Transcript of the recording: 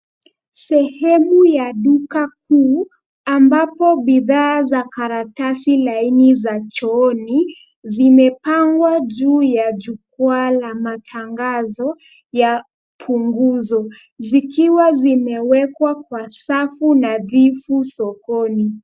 Sehemu ya duka kuu ambapo bidhaa za karatasi laini za chooni zimepangwa juu ya jukwaa la matangazo ya punguzo zikiwa zimewekwa kwa safu nadhifu sokoni.